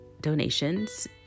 donations